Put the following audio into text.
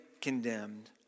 condemned